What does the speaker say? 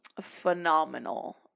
phenomenal